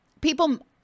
People